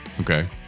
Okay